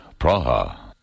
Praha